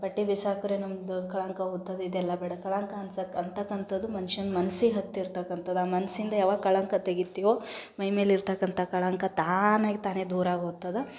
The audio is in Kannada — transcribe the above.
ಬಟ್ಟೆ ಬಿಸಾಕ್ದ್ರೆ ನಮ್ಮದು ಕಳಂಕ ಹೋತ್ತದ್ ಇದೆಲ್ಲ ಬೇಡ ಕಳಂಕ ಅನ್ಸಕ್ಕೆ ಅಂತಕ್ಕಂಥದ್ದು ಮನ್ಷನ ಮನ್ಸಿಗೆ ಹತ್ತಿರ್ತಕ್ಕಂಥದ್ದು ಆ ಮನಸ್ಸಿಂದ ಯಾವಾಗ ಕಳಂಕ ತೆಗಿತೀವೋ ಮೈಮೇಲೆ ಇರತಕ್ಕಂಥ ಕಳಂಕ ತಾನಾಗಿ ತಾನೇ ದೂರಾಗಿ ಹೋಗ್ತದ